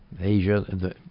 Asia